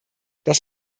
das